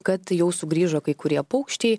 kad jau sugrįžo kai kurie paukščiai